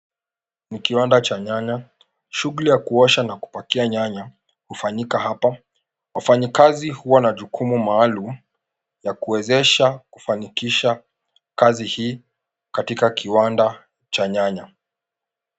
Ni kiwanda cha nyanya. Shughuli ya kuosha na kupakia nyanya hufanyika hapa. Wafanyikazi huwa na jukumu maalum ya kuwezesha kufanikisha kazi hii katika kiwanda cha nyanya.